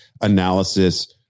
analysis